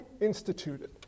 instituted